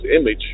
image